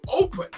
open